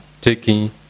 taking